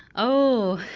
oh!